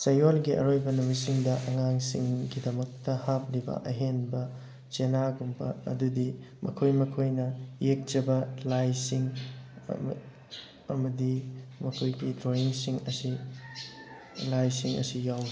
ꯆꯌꯣꯜꯒꯤ ꯑꯔꯣꯏꯕ ꯅꯨꯃꯤꯠꯁꯤꯡꯗ ꯑꯉꯥꯡꯁꯤꯡꯒꯤꯗꯃꯛꯇ ꯍꯥꯞꯂꯤꯕ ꯑꯍꯦꯟꯕ ꯆꯦꯅꯥꯒꯨꯝꯕ ꯑꯗꯨꯗꯤ ꯃꯈꯣꯏ ꯃꯈꯣꯏꯅ ꯌꯦꯛꯆꯕ ꯂꯥꯏꯁꯤꯡ ꯑꯃꯗꯤ ꯃꯈꯣꯏꯒꯤ ꯗ꯭ꯔꯣꯌꯤꯡꯁꯤꯡ ꯑꯁꯤ ꯂꯥꯏꯁꯤꯡ ꯑꯁꯤ ꯌꯥꯎꯋꯤ